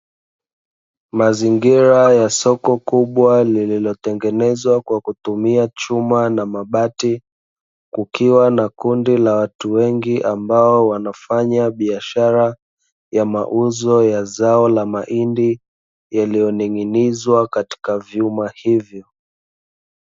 Mazingira ya soko kubwa lililotengenezwa kwa kutumia chuma na mabati, kukiwa na kundi la watu wengi ambao wanafanya biashara ya mauzo ya zao la mahindi yaliyoning'inizwa katika vyuma hivyo.